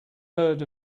heard